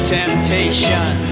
temptation